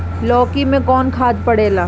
लौकी में कौन खाद पड़ेला?